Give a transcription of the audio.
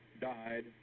died